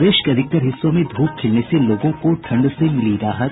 प्रदेश के अधिकतर हिस्सों में धूप खिलने से लोगों को ठंड से मिली राहत